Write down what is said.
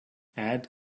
add